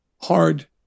hard